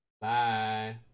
bye